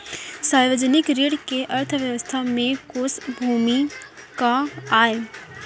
सार्वजनिक ऋण के अर्थव्यवस्था में कोस भूमिका आय?